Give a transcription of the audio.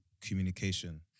communication